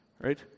right